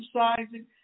exercising